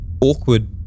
awkward